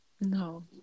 No